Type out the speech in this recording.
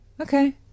Okay